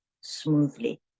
smoothly